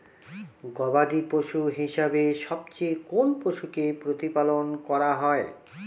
গবাদী পশু হিসেবে সবচেয়ে কোন পশুকে প্রতিপালন করা হয়?